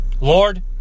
Lord